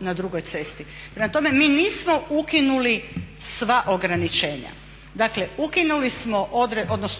na drugoj cesti. Prema tome, mi nismo ukinuli sva ograničenja, dakle